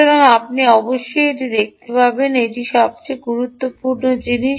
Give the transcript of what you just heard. সুতরাং আপনি অবশ্যই এটি দেখতে হবে এটি সবচেয়ে গুরুত্বপূর্ণ জিনিস